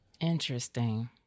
Interesting